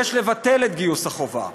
יש לבטל את גיוס החובה.